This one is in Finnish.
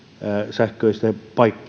sähköisten